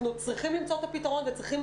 אנחנו צריכים למצוא את הפתרון וצריכים